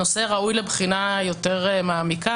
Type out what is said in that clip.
הנושא ראוי לבחינה יותר מעמיקה.